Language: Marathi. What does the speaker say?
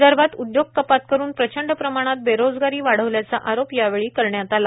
विदर्भात उदयोग कपात करून प्रचंड प्रमाणात बेरोजगारी वाढवल्याचा आरोप या वेळी करण्यात आला